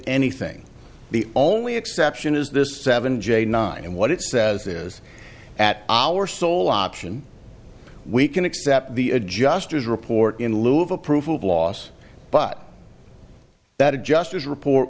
anything the only exception is this seven j nine and what it says is at our sole option we can accept the adjusters report in lieu of approval of loss but that adjusters report